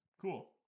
Cool